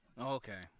Okay